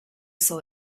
saw